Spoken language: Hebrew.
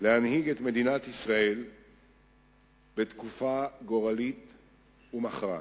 להנהיג את מדינת ישראל בתקופה גורלית ומכרעת.